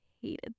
hated